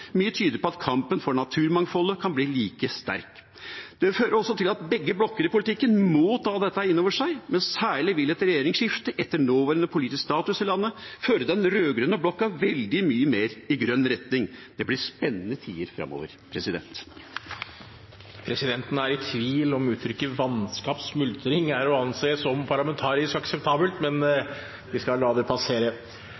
Mye tyder på at kampen for naturmangfoldet kan bli like sterk. Det fører også til at begge blokker i politikken må ta dette inn over seg, men særlig vil et regjeringsskifte etter den nåværende politiske statusen i landet føre den rød-grønne blokken veldig mye mer i grønn retning. Det blir spennende tider framover. Presidenten er i tvil om uttrykket «vanskapt smultring» er å anse som parlamentarisk akseptabelt, men